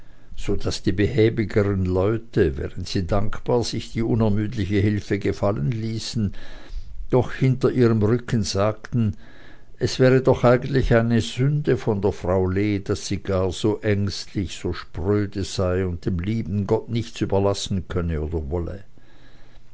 so daß die behäbigeren leute während sie dankbar sich die unermüdliche hilfe gefallen ließen doch hinter ihrem rücken sagten es wäre doch eigentlich eine sünde von der frau lee daß sie gar so ängstlich so spröde sei und dem lieben gott nichts überlassen könne oder wolle